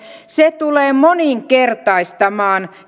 se tulee moninkertaistamaan